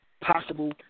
possible